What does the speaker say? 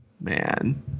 Man